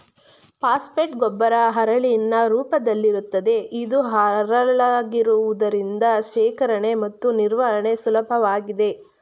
phosphate ಗೊಬ್ಬರ ಹರಳಿನ ರೂಪದಲ್ಲಿರುತ್ತದೆ ಇದು ಹರಳಾಗಿರುವುದರಿಂದ ಶೇಖರಣೆ ಮತ್ತು ನಿರ್ವಹಣೆ ಸುಲಭವಾಗಿದೆ